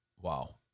Wow